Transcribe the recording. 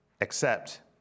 accept